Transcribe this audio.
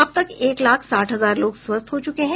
अब तक एक लाख साठ हजार लोग स्वस्थ हो चुके है